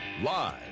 Live